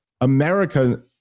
America